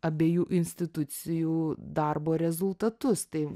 abiejų institucijų darbo rezultatus tai